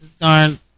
darn